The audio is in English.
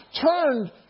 turned